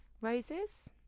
Roses